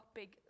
big